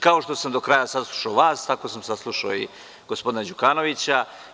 Kao što sam do kraja saslušao vas, tako sam saslušao i gospodina Đukanovića.